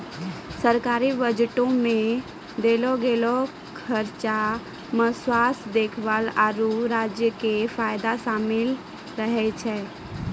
सरकारी बजटो मे देलो गेलो खर्चा मे स्वास्थ्य देखभाल, आरु राज्यो के फायदा शामिल रहै छै